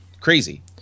crazy